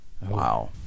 Wow